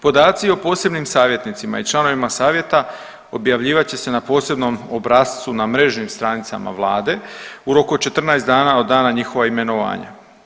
Podaci o posebnim savjetnicima i članovima savjeta objavljivat će se na posebnom obrascu na mrežnim stranicama Vlade u roku od 14 dana od dana njihova imenovanja.